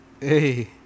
Hey